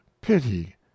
pity